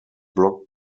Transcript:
blocked